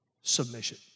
submission